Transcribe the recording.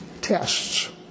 tests